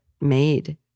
made